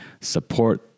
Support